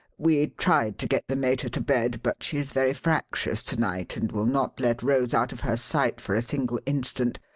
we tried to get the mater to bed, but she is very fractious to-night and will not let rose out of her sight for a single instant.